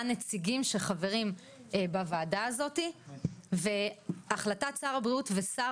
אלו הנציגים שחברים בוועדה הזאתי והחלטת שר הבריאות ושר